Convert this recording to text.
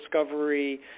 discovery